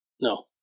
No